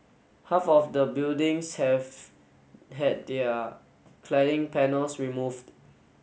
half of the buildings have had their cladding panels removed